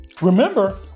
Remember